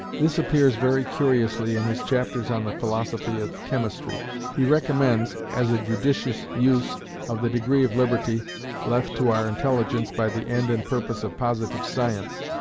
this appears very curiously in his chapters on the philosophy of chemistry. he recommends, as a judicious use of the degree of liberty left to our intelligence by the end and purpose of positive science,